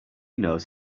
knows